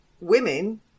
women